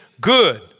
good